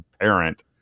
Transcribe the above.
parent